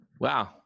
Wow